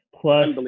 plus